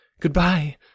Goodbye